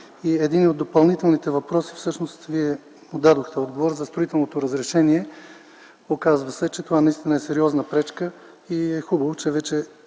един от допълнителните въпроси всъщност Вие дадохте отговор – за строителното разрешение, оказва се, че това наистина е сериозна пречка и е хубаво, че този